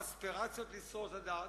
אספירציות לשרוד עד אז,